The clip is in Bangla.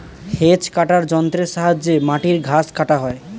হেজ কাটার যন্ত্রের সাহায্যে মাটির ঘাস কাটা হয়